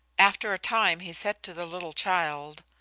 after a time he said to the little child,